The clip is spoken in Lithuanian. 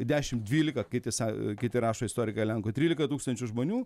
dešim dvylika kiti sa kiti rašo istorikai lenkų trylika tūkstančių žmonių